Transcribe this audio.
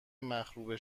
مخروبه